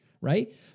right